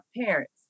parents